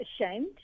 ashamed